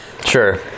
Sure